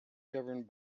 governed